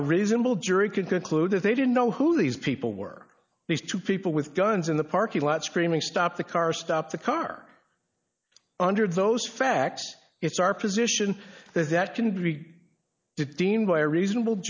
a reasonable jury could conclude that they didn't know who these people were these two people with guns in the parking lot screaming stop the car stop the car under those facts it's our position that can be deemed by a reasonable